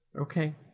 Okay